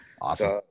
Awesome